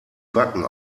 backen